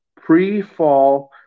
pre-fall